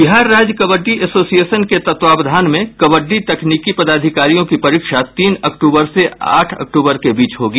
बिहार राज्य कबड्डी एसोसिएशन के तत्वावधान में कबड्डी तकनीकी पदाधिकारियों की परीक्षा तीन अक्टूबर से आठ अक्टूबर के बीच होगी